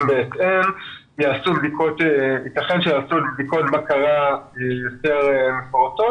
בהתאם ויתכן שייעשו בדיקות בקרה יותר מפורטות,